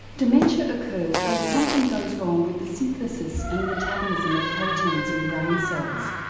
dementia occurs when something goes wrong with the synthesis and metabolism of proteins in brain cells,